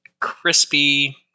crispy